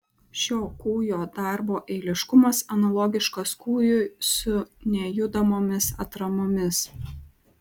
šio kūjo darbo eiliškumas analogiškas kūjui su nejudamomis atramomis